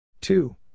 two